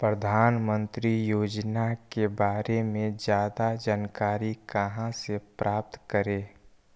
प्रधानमंत्री योजना के बारे में जादा जानकारी कहा से प्राप्त करे?